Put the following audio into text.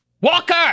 Walker